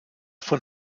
von